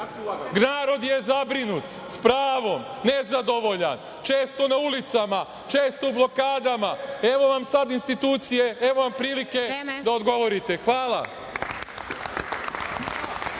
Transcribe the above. narod je zabrinut sa pravom. Nezadovoljan, često na ulicama, često u blokadama. Evo vam sada institucije, evo vam prilike da odgovorite. Hvala.